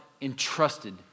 entrusted